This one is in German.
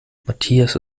matthias